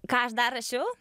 ką aš dar rašiau